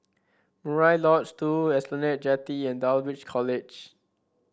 Murai Lodge Two Esplanade Jetty and Dulwich College